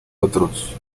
otros